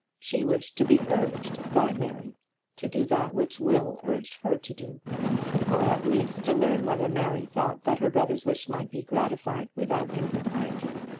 she wished to be urged by mary to do that which will urged her to do or, at least, to learn whether mary thought that her brother's wish might be gratified without impropriety.